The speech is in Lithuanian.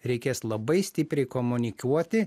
reikės labai stipriai komunikuoti